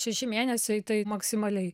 šeši mėnesiai tai maksimaliai